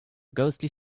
ghostly